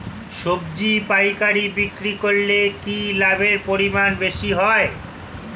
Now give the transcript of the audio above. সবজি পাইকারি বিক্রি করলে কি লাভের পরিমাণ বেশি হয়?